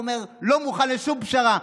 הוא אומר: לא מוכן לשום פשרה,